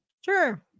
Sure